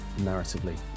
narratively